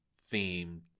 theme